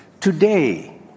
Today